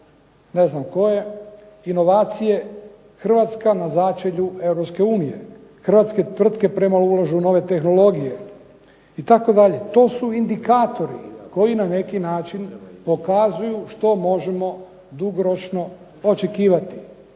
ne znam koje, inovacije Hrvatska na začelju Europske unije, hrvatske tvrtke ulažu u nove tehnologije itd. To su indikatori koji na neki način pokazuju što možemo dugoročno očekivati.